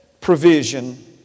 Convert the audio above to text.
provision